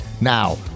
Now